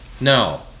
No